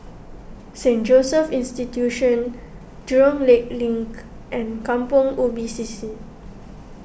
Saint Joseph's Institution Jurong Lake Link and Kampong Ubi C C